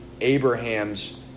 Abraham's